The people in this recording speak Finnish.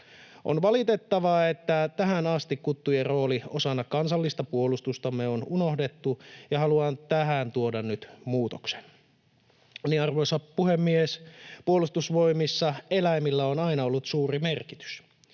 On valitettavaa, että tähän asti kuttujen rooli osana kansallista puolustustamme on unohdettu, ja haluan tähän tuoda nyt muutoksen. Arvoisa puhemies! Puolustusvoimissa eläimillä on aina ollut suuri merkitys.